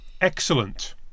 Excellent